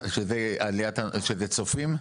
זה צופים?